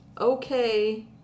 Okay